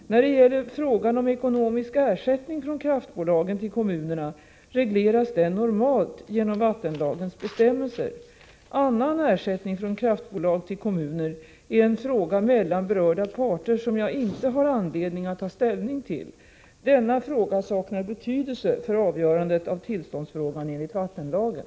När det gäller frågan om ekonomisk ersättning från kraftbolagen till kommunerna regleras den normalt genom vattenlagens bestämmelser. Annan ersättning från kraftbolag till kommuner är en fråga mellan berörda parter som jag inte har anledning att ta ställning till. Denna fråga saknar betydelse för avgörandet av tillståndsfrågan enligt vattenlagen.